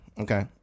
okay